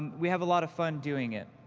we have a lot of fun doing it.